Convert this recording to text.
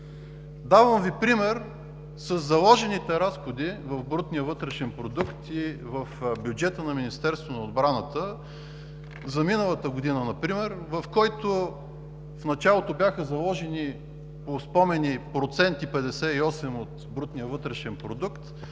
Давам Ви пример със заложените разходи в брутния вътрешен продукт и в бюджета на Министерството на отбраната за миналата година, в който в началото бяха заложени по спомени 1,58% от брутния вътрешен продукт,